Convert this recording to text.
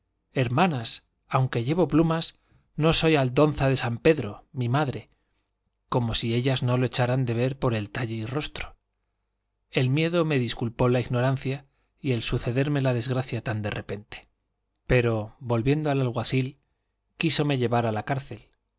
hermanas aunque llevo plumas no soy aldonza de san pedro mi madre como si ellas no lo echaran de ver por el talle y rostro el miedo me disculpó la ignorancia y el sucederme la desgracia tan de repente pero volviendo al alguacil quísome llevar a la cárcel